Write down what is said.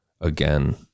Again